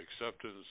acceptance